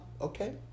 Okay